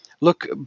Look